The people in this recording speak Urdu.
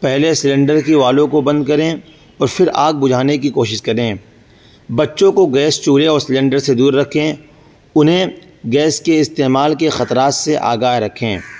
پہلے سلینڈر کی والوں کو بند کریں اور پھر آگ بجھانے کی کوشش کریں بچوں کو گیس چولھے اور سلینڈر سے دور رکھیں انہیں گیس کے استعمال کے خطرات سے آگاہ رکھیں